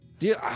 Dude